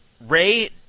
Ray